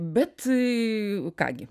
bet i ką gi